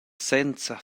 senza